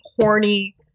horny